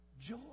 joy